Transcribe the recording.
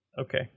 okay